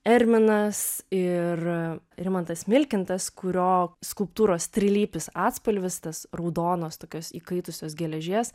erminas ir rimantas milkintas kurio skulptūros trilypis atspalvis tas raudonos tokios įkaitusios geležies